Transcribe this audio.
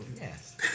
Yes